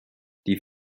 die